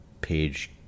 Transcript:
page